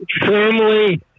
family